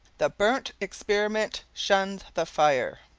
the burnt experiment shuns the fire.